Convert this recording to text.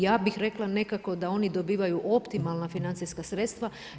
Ja bih rekla nekako da oni dobivaju optimalna financijska sredstva.